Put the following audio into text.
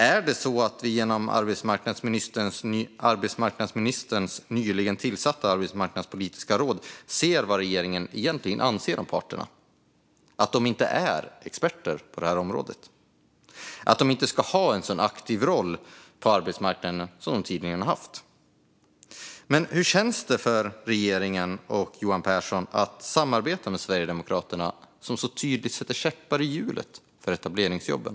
Är det så att vi genom arbetsmarknadsministerns nyligen tillsatta arbetsmarknadspolitiska råd ser vad regeringen egentligen anser om parterna - att de inte är experter på området och att de inte ska ha en så aktiv roll på arbetsmarknaden som de tidigare har haft? Hur känns det för regeringen och Johan Pehrson att samarbeta med Sverigedemokraterna, som så tydligt sätter käppar i hjulet för etableringsjobben?